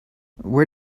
where